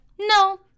no